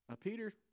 Peter